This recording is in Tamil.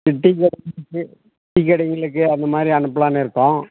டீக்கடை டீக்கடைகளுக்கு அந்த மாதிரி அனுப்பலாம்ன்னு இருக்கோம்